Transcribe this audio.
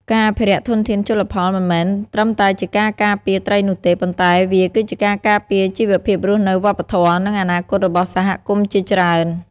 ការអភិរក្សធនធានជលផលមិនមែនត្រឹមតែជាការការពារត្រីនោះទេ ប៉ុន្តែវាគឺជាការការពារជីវភាពរស់នៅ វប្បធម៌ និងអនាគតរបស់សហគមន៍ជាច្រើន។